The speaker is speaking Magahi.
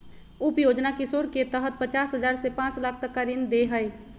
उप योजना किशोर के तहत पचास हजार से पांच लाख तक का ऋण दे हइ